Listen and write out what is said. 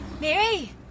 Mary